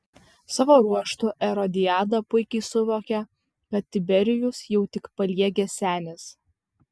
savo ruožtu erodiada puikiai suvokia kad tiberijus jau tik paliegęs senis